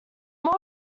more